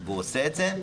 והוא עושה את זה,